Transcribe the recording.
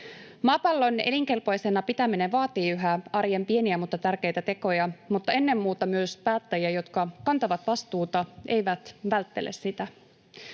Maapallon elinkelpoisena pitäminen vaatii yhä arjen pieniä mutta tärkeitä tekoja ja ennen muuta myös päättäjiä, jotka kantavat vastuuta, eivät välttele sitä.